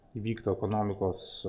įvyktų ekonomikos